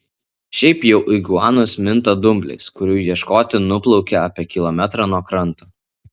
šiaip jau iguanos minta dumbliais kurių ieškoti nuplaukia apie kilometrą nuo kranto